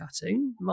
cutting